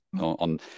on